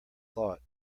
thought